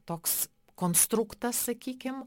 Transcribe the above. toks konstruktas sakykim